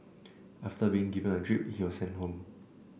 after being given a drip he was sent home